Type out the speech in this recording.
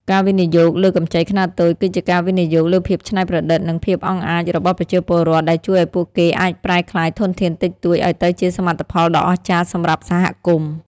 ការវិនិយោគលើកម្ចីខ្នាតតូច គឺជាការវិនិយោគលើភាពច្នៃប្រឌិត និងភាពអង់អាចរបស់ប្រជាពលរដ្ឋ ដែលជួយឱ្យពួកគេអាចប្រែក្លាយធនធានតិចតួចឱ្យទៅជាសមិទ្ធផលដ៏អស្ចារ្យសម្រាប់សហគមន៍។